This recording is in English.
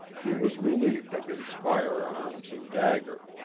he was relieved of his fire-arms and dagger.